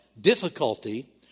difficulty